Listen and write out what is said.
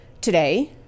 today